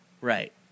Right